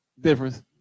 difference